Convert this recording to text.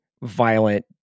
violent